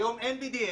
היום אין BDS,